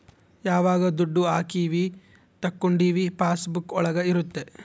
ಯಾವಾಗ ದುಡ್ಡು ಹಾಕೀವಿ ತಕ್ಕೊಂಡಿವಿ ಪಾಸ್ ಬುಕ್ ಒಳಗ ಇರುತ್ತೆ